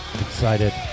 Excited